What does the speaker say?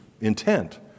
intent